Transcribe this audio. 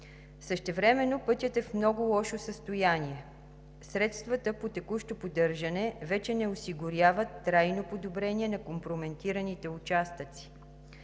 Същевременно пътят е в много лошо състояние. Средствата по текущо поддържане вече не осигуряват трайно подобрение на компрометираните участъци.